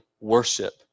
worship